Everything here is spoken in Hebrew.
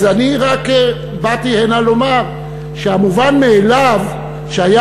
אז אני רק באתי הנה לומר שהמובן מאליו שהיה